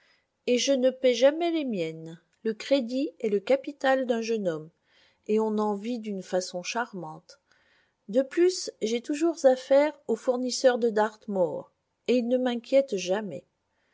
et je ne paie jamais les miennes le crédit est le capital d'un jeune homme et on en vit d'une façon charmante de plus j'ai toujours affaire aux fournisseurs de dartmoor et ils ne m'inquiètent jamais